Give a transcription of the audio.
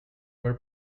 were